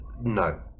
No